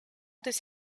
this